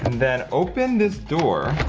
then open this door,